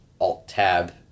alt-tab